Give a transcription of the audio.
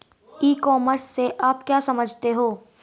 ई commerce से आप क्या समझते हो?